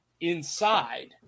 inside